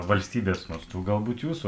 valstybės mastu galbūt jūsų